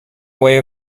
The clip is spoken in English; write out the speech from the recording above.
way